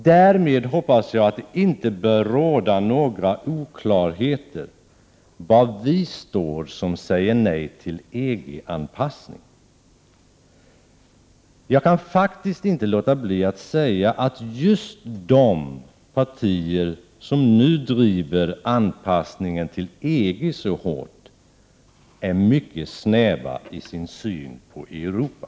Därmed hoppas jag att det inte bör råda några oklarheter om var vi står som säger nej till EG-anpassning. Jag kan faktiskt inte låta bli att säga att just de partier som nu driver anpassningen till EG så hårt är mycket snäva i sin syn på Europa.